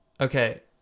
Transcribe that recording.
Okay